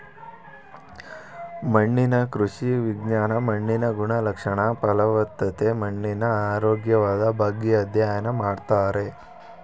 ಮಣ್ಣಿನ ಕೃಷಿ ವಿಜ್ಞಾನ ಮಣ್ಣಿನ ಗುಣಲಕ್ಷಣ, ಫಲವತ್ತತೆ, ಮಣ್ಣಿನ ಆರೋಗ್ಯದ ಬಗ್ಗೆ ಅಧ್ಯಯನ ಮಾಡ್ತಾರೆ